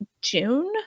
June